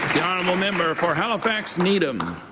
the honourable member for halifax needham.